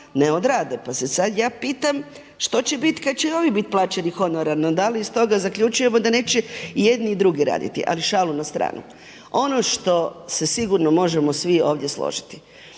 ne odrade pa se sad ja pitam što će biti kad će i oni biti plaćeni honorarno. Da li iz toga zaključujemo da neće i jedni i drugi raditi. Ali šalu na stranu. Ono što se sigurno možemo svi ovdje složiti.